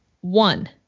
One